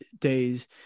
days